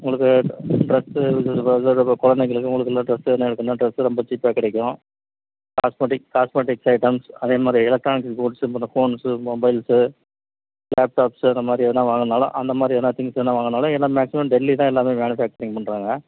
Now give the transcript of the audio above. உங்களுக்கு ட்ரஸ்ஸு குழந்தைகளுக்கு உங்களுக்கு எல்லாம் ட்ரஸ் எதுனா எடுக்கணுன்னா ட்ரஸ்ஸு ரொம்ப சீப்பா கிடைக்கும் காஸ்மெட்டிக் காஸ்மெட்டிக்ஸ் ஐட்டம்ஸ் அதே மாரி எலக்ட்ரானிக் கூட்ஸு இப்போ இந்த போன்ஸு மொபைல்ஸு லேப்டாப்ஸு அந்த மாதிரி எதுனா வாங்கணுனாலும் அந்த மாதிரி எதுனா திங்ஸ் வேணா வாங்கணுனாலும் ஏன்னால் மேக்சிமம் டெல்லி தான் எல்லாமே மேனுஃபாக்சரிங் பண்ணுறாங்க